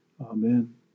Amen